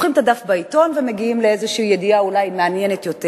הופכים את הדף בעיתון ומגיעים לאיזו ידיעה אולי מעניינת יותר.